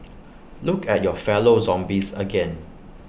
look at your fellow zombies again